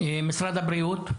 תודה.